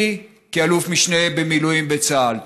לי כאלוף משנה במילואים בצה"ל.